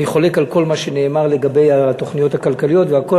אני חולק על כל מה שנאמר לגבי התוכניות הכלכליות והכול.